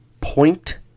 point